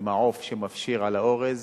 עם העוף שמפשיר על האורז,